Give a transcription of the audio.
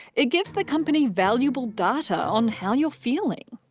it gives the company valuable data on how you're feeling.